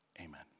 Amen